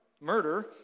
Murder